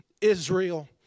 Israel